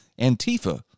Antifa